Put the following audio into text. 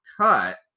cut